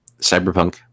Cyberpunk